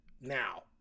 now